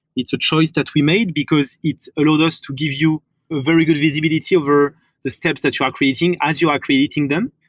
it's a choice that we made, because it allowed us to give you very good visibility over the steps that you are creating as you are creating them.